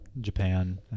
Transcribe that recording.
japan